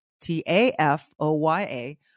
T-A-F-O-Y-A